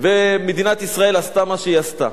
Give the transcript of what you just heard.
ומדינת ישראל עשתה מה שעשתה.